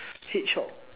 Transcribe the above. hedgehog